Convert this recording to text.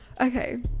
okay